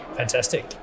Fantastic